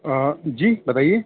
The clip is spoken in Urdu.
ہاں جی بتائیے